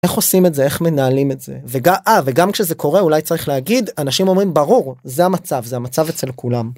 איך עושים את זה איך מנהלים את זה וגם וגם כשזה קורה אולי צריך להגיד אנשים אומרים ברור זה המצב זה המצב אצל כולם.